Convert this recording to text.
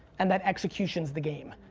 and that execution's the game,